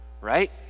right